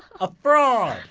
a fraud!